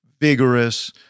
vigorous